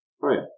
Right